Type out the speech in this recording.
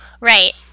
right